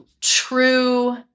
true